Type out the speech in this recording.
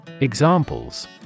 Examples